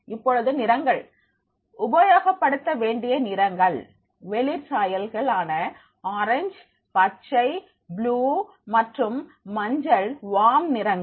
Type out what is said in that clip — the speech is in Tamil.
இப்பொழுது நிறங்கள் உபயோகப்படுத்த வேண்டிய நிறங்கள் வெளிர் சாயல்கள் ஆன ஆரஞ்சு பச்சை ப்ளூ மற்றும் மஞ்சள் வாம் நிறங்கள்